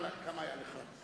כמה היה לך?